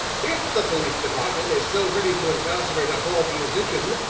if the police department is so ready to incarcerate a poor musician,